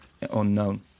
unknown